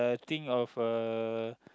think of uh